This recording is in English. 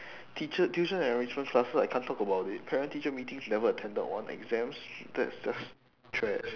teacher tuition enrichment classes I can't talk about it parent teacher meetings never attended one exams that's just trash